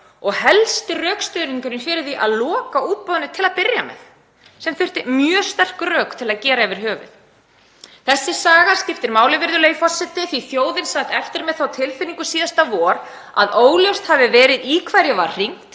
og helsti rökstuðningurinn fyrir því að loka útboðinu til að byrja með, sem þurfti mjög sterk rök til að gera yfir höfuð. Þessi saga skiptir máli, virðulegi forseti, því þjóðin sat eftir með þá tilfinningu síðasta vor að óljóst hefði verið í hverja var hringt